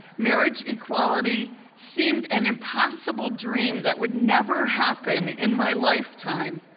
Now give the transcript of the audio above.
marriage equality seemed an impossible dream that would never happen in my lifetime.